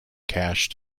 cache